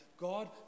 God